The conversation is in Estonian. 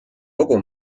kogu